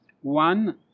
one